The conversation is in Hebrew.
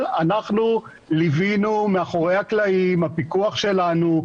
אנחנו ליווינו מאחורי הקלעים עם הפיקוח שלנו,